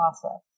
process